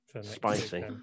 Spicy